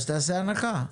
אז תעשה הנחה?